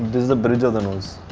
is the bridge of the nose.